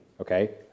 okay